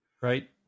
Right